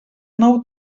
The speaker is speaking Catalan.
nou